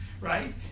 Right